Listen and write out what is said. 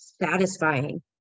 satisfying